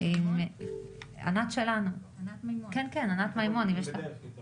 אני רוצה להוסיף ולהשלים את מה שעדי